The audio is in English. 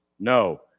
No